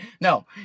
No